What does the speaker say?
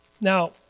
Now